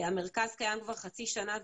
המרכז קיים כבר חצי שנה.